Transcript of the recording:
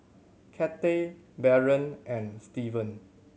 Cathey Barron and Steven